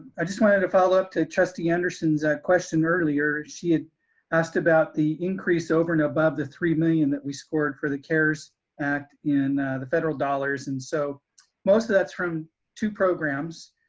i just wanted to follow up to trustee anderson's a question earlier. she had asked about the increase over and above the three million that we scored for the cares act in the federal dollars. and so most of that's from two programs,